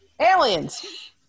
Aliens